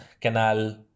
canal